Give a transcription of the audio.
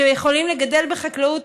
שיכולים לגדל בחקלאות,